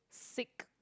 sick